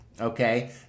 Okay